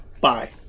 bye